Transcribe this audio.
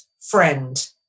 friend